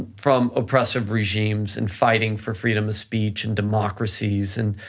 from oppressive regimes and fighting for freedom of speech and democracies and